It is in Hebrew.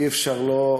אי-אפשר לא,